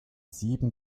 sieben